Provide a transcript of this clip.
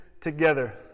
together